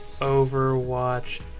Overwatch